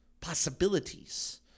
possibilities